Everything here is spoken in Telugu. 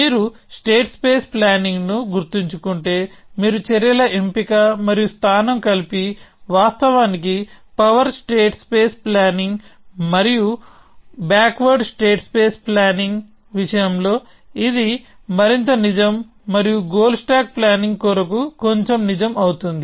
మీరు స్టేట్స్ స్పేస్ ప్లానింగ్ ను గుర్తుంచుకుంటేమీరు చర్యల ఎంపిక మరియు స్థానం కలిపి వాస్తవానికి పవర్ స్టేట్ స్పేస్ ప్లానింగ్ మరియు backward state space planning విషయంలో ఇది మరింత నిజం మరియు గోల్ స్టాక్ ప్లానింగ్ కొరకు కొంచెం నిజం అవుతుంది